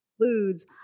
includes